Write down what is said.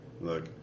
Look